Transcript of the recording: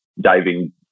diving